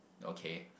okay